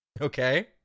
Okay